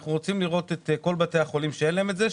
אנחנו רוצים לראות את כל בתי החולים שאין להם את זה,